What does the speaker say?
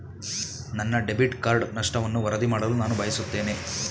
ನನ್ನ debit card ನಷ್ಟವನ್ನು ವರದಿ ಮಾಡಲು ನಾನು ಬಯಸುತ್ತೇನೆ